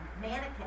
mannequin